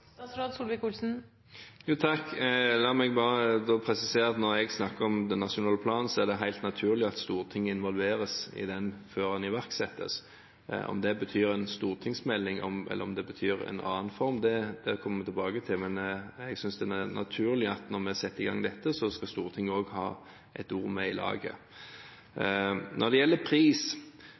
La meg bare presisere: Når jeg snakker om den nasjonale planen, er det helt naturlig at Stortinget involveres i den før den iverksettes. Om det betyr en stortingsmelding, eller om det betyr i en annen form, kommer jeg tilbake til, men jeg synes det er naturlig når vi setter i gang dette, at også Stortinget skal ha et ord med i laget. Når det gjelder pris: